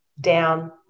down